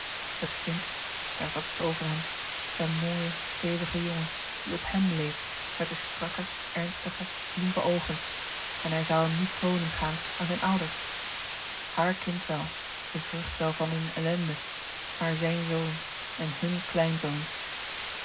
het kind daar zat het over hem zijn mooie stevige jongen die op hèm leek met de strakke ernstige lieve oogen en hij zoû hem nu toonen gaan aan zijne ouders haar kind wel de vrucht wel van hunne ellende maar zijn zoon en hun kleinzoon